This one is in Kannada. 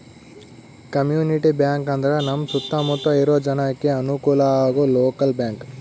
ಕಮ್ಯುನಿಟಿ ಬ್ಯಾಂಕ್ ಅಂದ್ರ ನಮ್ ಸುತ್ತ ಮುತ್ತ ಇರೋ ಜನಕ್ಕೆ ಅನುಕಲ ಆಗೋ ಲೋಕಲ್ ಬ್ಯಾಂಕ್